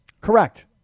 Correct